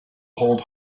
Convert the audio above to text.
hold